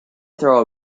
throw